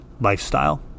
lifestyle